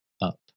up